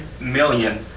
million